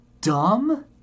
dumb